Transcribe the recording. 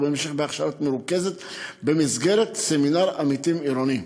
ובהמשך בהכשרה מרוכזת במסגרת סמינר עמיתים עירוני.